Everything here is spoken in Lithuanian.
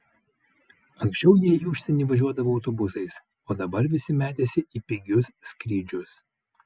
anksčiau jie į užsienį važiuodavo autobusais o dabar visi metėsi į pigius skrydžius